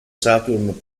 saturn